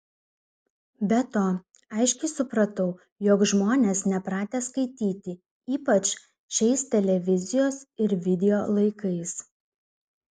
be to aiškiai supratau jog žmonės nepratę skaityti ypač šiais televizijos ir video laikais